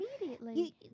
immediately